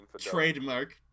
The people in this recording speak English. trademark